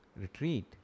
retreat